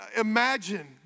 imagine